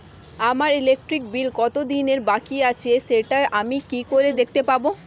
আমার electric bill কত দিনের বাকি আছে সেটা আমি কি করে দেখতে পাবো?